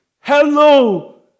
hello